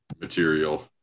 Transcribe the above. material